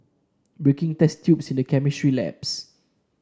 breaking test tubes in the chemistry labs